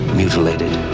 mutilated